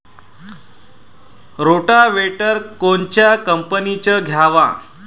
Rotavator कोनच्या कंपनीचं घ्यावं?